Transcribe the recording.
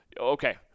Okay